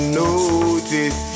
notice